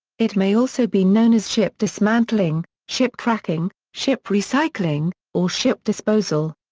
it may also be known as ship dismantling, ship cracking, ship recycling, or ship disposal.